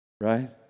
right